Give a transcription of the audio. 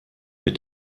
mit